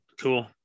cool